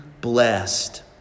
blessed